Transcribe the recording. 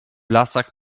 lasach